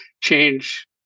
change